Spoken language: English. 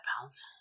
pounds